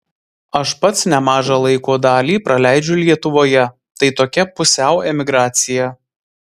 aš pats nemažą laiko dalį praleidžiu lietuvoje tai tokia pusiau emigracija